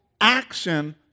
action